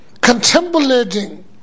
contemplating